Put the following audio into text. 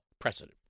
precedent